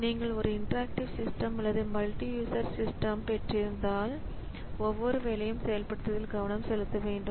நீங்கள் ஒரு இன்டராக்டிவே சிஸ்டம் அல்லது மல்டி யூ சர் சிஸ்டம் பெற்றிருந்தால் ஒவ்வொரு வேலையும் செயல்படுத்துவதில் கவனம் செலுத்த வேண்டும்